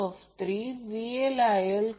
आणि Zp Zp angle म्हणतात